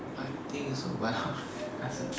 I think so but I'm not as in